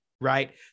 right